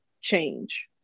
change